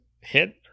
hit